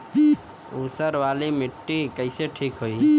ऊसर वाली मिट्टी कईसे ठीक होई?